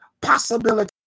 possibility